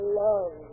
love